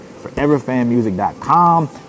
foreverfanmusic.com